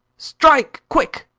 strike, quick!